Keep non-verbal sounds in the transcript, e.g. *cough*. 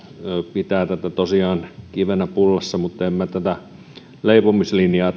pitää tätä tosiaan kivenä pullassa mutta en minä tätä leipomislinjaa *unintelligible*